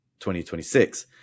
2026